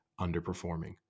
underperforming